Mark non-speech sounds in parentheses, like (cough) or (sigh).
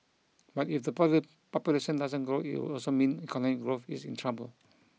but if the (unintelligible) population doesn't grow it would also mean economic growth is in trouble